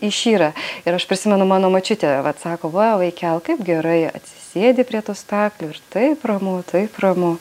išyra ir aš prisimenu mano močiutė vat sako va vaikel kaip gerai atsisėdi prie tų staklių ir taip ramu taip ramu